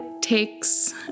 takes